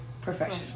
professional